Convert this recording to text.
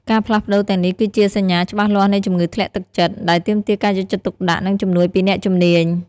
ការផ្លាស់ប្ដូរទាំងនេះគឺជា សញ្ញាច្បាស់លាស់នៃជំងឺធ្លាក់ទឹកចិត្ត ដែលទាមទារការយកចិត្តទុកដាក់ និងជំនួយពីអ្នកជំនាញ។